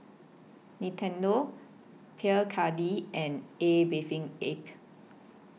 Nintendo Pierre Cardin and A Bathing Ape